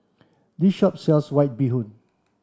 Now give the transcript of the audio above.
this shop sells white bee hoon